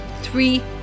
three